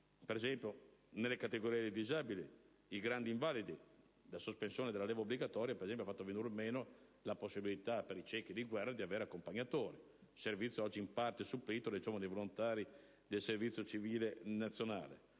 per esempio nelle categorie dei disabili e dei grandi invalidi (la sospensione della leva obbligatoria, ad esempio, ha fatto venir meno la possibilità per i ciechi di guerra di avere accompagnatori, servizio oggi in parte supplito dai giovani volontari del servizio civile nazionale),